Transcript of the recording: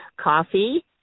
coffee